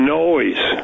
noise